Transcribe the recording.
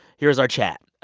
here's our chat.